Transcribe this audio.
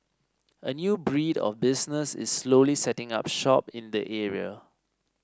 a new breed of businesses is slowly setting up shop in the area